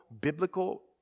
biblical